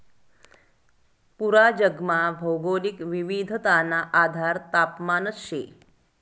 पूरा जगमा भौगोलिक विविधताना आधार तापमानच शे